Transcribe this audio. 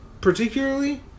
particularly